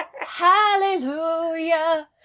Hallelujah